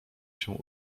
się